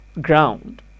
ground